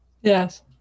yes